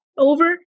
over